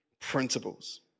principles